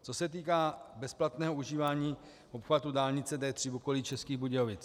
Co se týká bezplatného užívání obchvatu dálnice D3 v okolí Českých Budějovic.